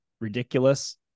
ridiculous